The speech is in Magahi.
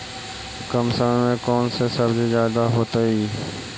कम समय में कौन से सब्जी ज्यादा होतेई?